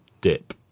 dip